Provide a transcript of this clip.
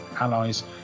allies